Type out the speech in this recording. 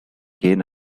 gain